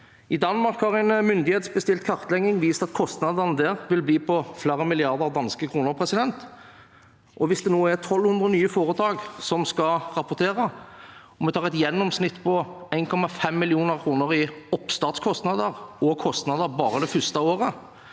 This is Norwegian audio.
I Danmark har en myndighetsbestilt kartlegging vist at kostnadene der vil bli på flere milliarder danske kroner. Hvis det nå er 1 200 nye foretak som skal rapportere, og vi tar et gjennomsnitt på 1,5 mill. kr i oppstartskostnader og kostnader bare det første året,